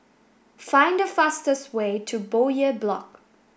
find the fastest way to Bowyer Block